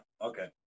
Okay